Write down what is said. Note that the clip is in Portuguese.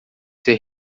ser